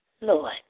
Lord